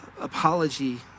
apology